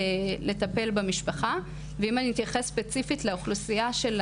לטפל במשפחה ואם אני אתייחס ספציפית לאוכלוסייה של